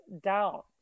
down